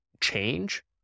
change